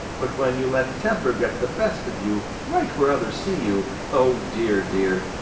but when you let temper get the best of you right where others see you, oh, dear, dear,